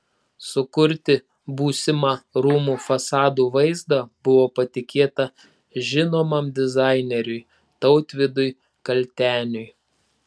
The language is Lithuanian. sukurti būsimą rūmų fasadų vaizdą buvo patikėta žinomam dizaineriui tautvydui kalteniui